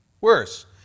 Worse